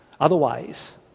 Otherwise